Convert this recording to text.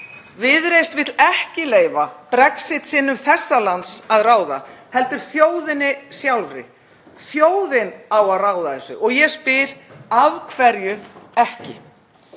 Viðreisn vill ekki leyfa Brexit-sinnum þessa lands að ráða heldur þjóðinni sjálfri. Þjóðin á að ráða þessu og ég spyr: Af hverju ekki?